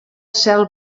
cel